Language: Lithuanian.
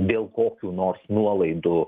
dėl kokių nors nuolaidų